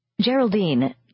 Geraldine